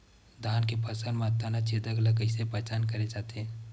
धान के फसल म तना छेदक ल कइसे पहचान करे जाथे?